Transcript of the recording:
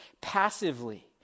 passively